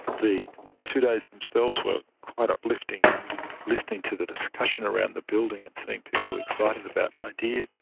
the two days themselves were quite uplifting listening to the discussion around the building and seeing people excited about ideas.